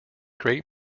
great